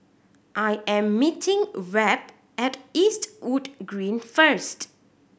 I am meeting Webb at Eastwood Green first